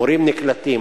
מורים נקלטים,